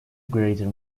greater